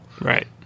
Right